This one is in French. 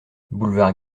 boulevard